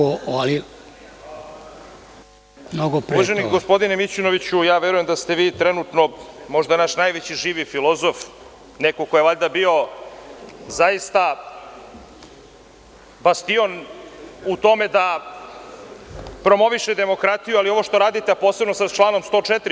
Uvaženi gospodine Mićunoviću, verujem da ste vi trenutno možda naš najveći živi filozof, neko ko je valjda bio zaista bastion u tome da promoviše demokratiju, ali ovo što radite, a posebno sa članom 104.